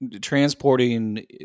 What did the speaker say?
transporting